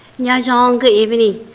yeah yang. good evening.